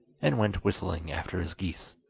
and went whistling after his geese.